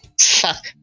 Fuck